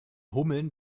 hummeln